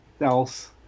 else